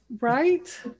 right